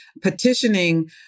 petitioning